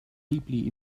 deeply